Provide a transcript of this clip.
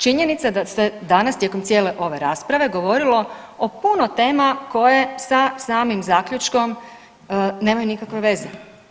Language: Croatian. Činjenica da se danas tijekom cijele ove rasprave govorilo o puno tema koje sa samim zaključkom nemaju nikakve veze.